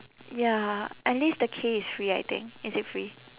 ya at least the K is free I think is it free